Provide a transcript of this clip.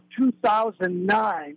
2009